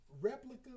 Replica